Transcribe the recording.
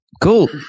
Cool